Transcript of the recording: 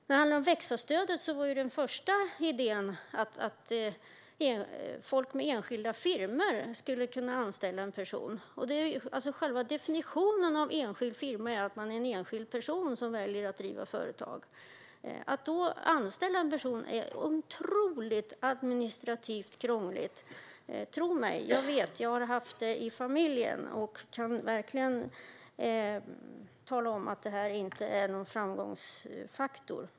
När det gäller Växa-stödet var idén ursprungligen att folk med enskilda firmor skulle kunna anställa en person. Själva definitionen av enskild firma är att man är en enskild person som väljer att driva företag. Att då anställa någon är otroligt administrativt krångligt. Tro mig, jag vet. Jag har haft enmansföretagare i familjen och kan verkligen tala om att detta inte är någon framgångsfaktor.